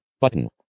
Button